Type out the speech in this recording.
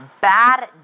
bad